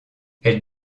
elle